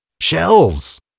Shells